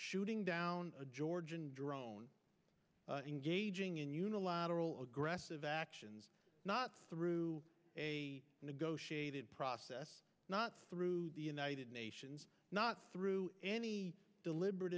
shooting down a georgian drone engaging in unilateral aggressive actions not through a negotiated process not through the united nations not through any